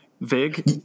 VIG